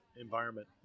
environment